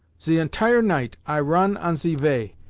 ze entire night i ron on ze vay,